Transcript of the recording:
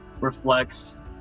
reflects